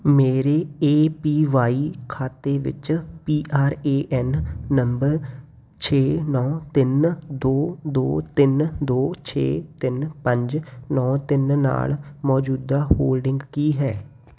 ਮੇਰੇ A P Y ਖਾਤੇ ਵਿੱਚ ਪੀ ਆਰ ਏ ਐਨ ਨੰਬਰ ਛੇ ਨੌਂ ਤਿੰਨ ਦੋ ਦੋ ਤਿੰਨ ਦੋ ਛੇ ਤਿੰਨ ਪੰਜ ਨੌਂ ਤਿੰਨ ਨਾਲ ਮੌਜੂਦਾ ਹੋਲਡਿੰਗ ਕੀ ਹੈ